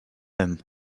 him